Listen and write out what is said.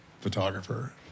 photographer